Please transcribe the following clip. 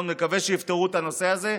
מאוד מקווה שיפתרו את הנושא הזה,